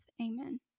Amen